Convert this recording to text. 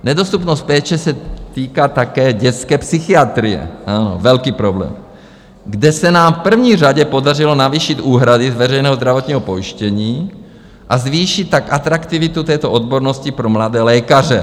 Nedostupnost péče se týká také dětské psychiatrie ano, velký problém kde se nám v první řadě podařilo navýšit úhrady z veřejného zdravotního pojištění a zvýšit tak atraktivitu této odbornosti pro mladé lékaře.